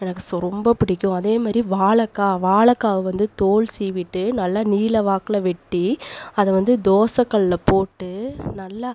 எனக்கு ஸோ ரொம்ப புடிக்கும் அதே மாரி வாழக்காய் வாழக்காய வந்து தோல் சீவிட்டு நல்லா நீல வாக்கில் வெட்டி அதை வந்து தோசை கல்ல போட்டு நல்லா